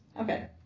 Okay